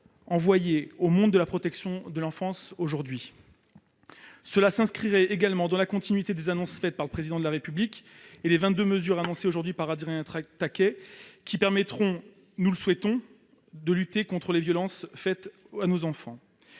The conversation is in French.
envoyé au monde de la protection de l'enfance. Cela s'inscrirait également dans la continuité des annonces faites par le Président de la République et des vingt-deux mesures annoncées aujourd'hui par Adrien Taquet, qui permettront, nous le souhaitons, de lutter contre les violences faites à nos enfants.